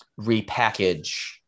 repackage